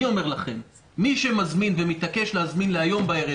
אני אומר לכם: מי שמזמין ומתעקש להזמין להיום בערב